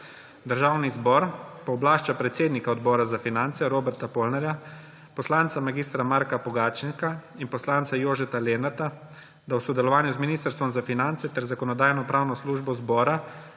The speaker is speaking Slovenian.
Državni zbor pooblašča predsednika Odbora za finance Roberta Polnarja, poslanca mag. Marka Pogačnika in poslanca Jožeta Lenarta, da v sodelovanju z Ministrstvom za finance ter Zakonodajno-pravno službo zbora